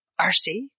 RC